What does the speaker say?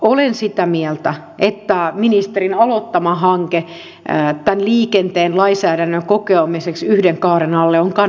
olen sitä mieltä että ministerin aloittama hanke tämän liikenteen lainsäädännön kokoamiseksi yhden kaaren alle on kannatettava